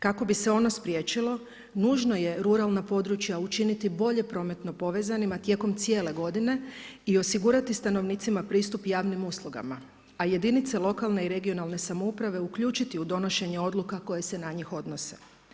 Kako bi se ono spriječilo nužno je ruralna područja učiniti bolje prometno povezanima tijekom cijele godine i osigurati stanovnicima pristup javnim uslugama, a jedinice lokalne i regionalne samouprave uključiti u donošenje odluka koje se na njih odnose.